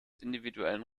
individuellen